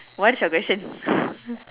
what is your question